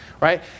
right